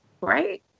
Right